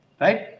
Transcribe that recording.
Right